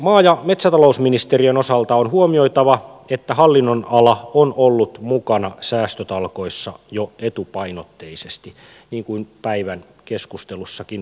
maa ja metsätalousministeriön osalta on huomioitava että hallinnonala on ollut mukana säästötalkoissa jo etupainotteisesti niin kuin päivän keskustelussakin todettiin